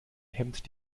hemmt